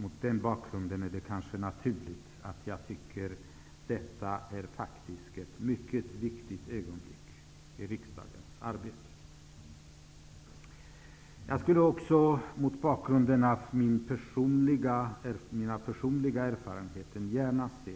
Mot den bakgrunden är det kanske naturligt att jag tycker att detta faktiskt är ett mycket viktigt ögonblick i riksdagens arbete. Jag skulle också, mot bakgrund av min personliga erfarenhet, gärna se